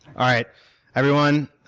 alright everyone,